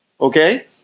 Okay